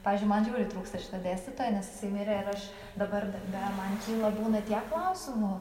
pavyzdžiui man žiauriai trūksta šito dėstytojo nes jisai mirė ir aš dabar darbe man kyla būna tiek klausimų